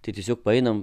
tiesiog paeiname